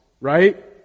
right